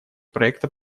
проекта